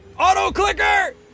AUTO-CLICKER